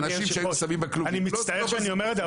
אנשים שהיו שמים בכלובים לא עושים את זה.